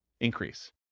increase